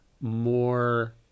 more